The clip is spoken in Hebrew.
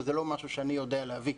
שזה לא משהו שאני יודע להביא,